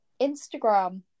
Instagram